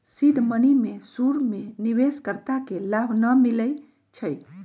seed money में शुरु में निवेश कर्ता के लाभ न मिलै छइ